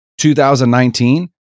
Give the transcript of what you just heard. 2019